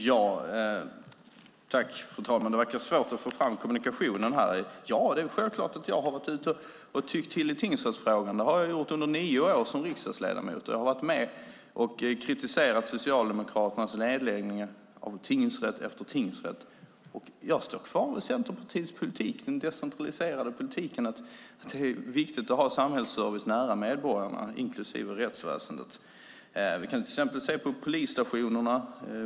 Fru talman! Det verkar vara svårt att få fram kommunikationen här. Det är självklart att jag har varit ute och tyckt till i tingsrättsfrågan. Det har jag gjort under nio år som riksdagsledamot. Jag har varit med och kritiserat Socialdemokraternas nedläggningar av tingsrätt efter tingsrätt. Jag står kvar vid Centerpartiets politik, den decentraliserade politiken att det är viktigt att ha samhällsservice nära medborgarna, inklusive rättsväsendet. Vi kan till exempel se på polisstationerna.